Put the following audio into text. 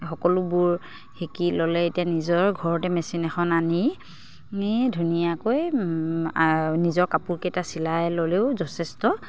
সকলোবোৰ শিকি ল'লে এতিয়া নিজৰ ঘৰতে মেচিন এখন আনি ধুনীয়াকৈ নিজৰ কাপোৰকেইটা চিলাই ল'লেও যথেষ্ট